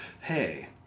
hey